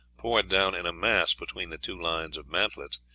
poured down in a mass between the two lines of mantlets,